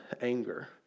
anger